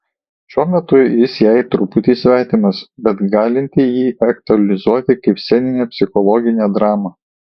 šiuo metu jis jai truputį svetimas bet galinti jį aktualizuoti kaip sceninę psichologinę dramą